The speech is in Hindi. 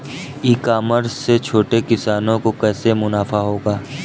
ई कॉमर्स से छोटे किसानों को कैसे मुनाफा होगा?